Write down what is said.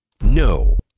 No